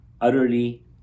Utterly